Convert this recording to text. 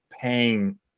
paying